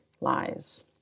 lies